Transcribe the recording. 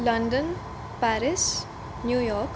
London Paris New York